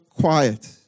quiet